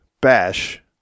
bash